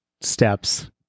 steps